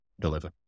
deliver